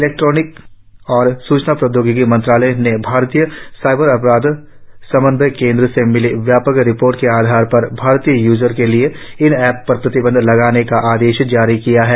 इलेक्ट्रानिकी और सूचना प्रौद्योगिकी मंत्रालय ने भारतीय साइबर अपराध समन्वय केंद्र से मिली व्यापक रिपोर्ट के आधार पर भारतीय यूजर के लिए इन रैप पर प्रतिबंध लगाने का आदेश जारी किया है